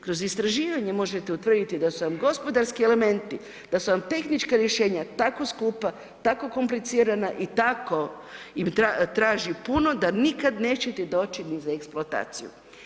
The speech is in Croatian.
Kroz istraživanje možete utvrditi da su vam gospodarski elementi, da su vam tehnička rješenja tako skupa, tako komplicirana i tako traži puno da nikad nećete doći ni za eksploataciju.